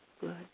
good